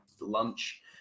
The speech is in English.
lunch